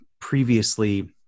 previously